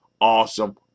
awesome